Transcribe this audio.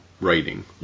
writing